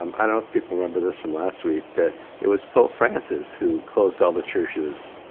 um i don't know if people remember this from last week, that it was pope francis who closed all the churches